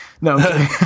No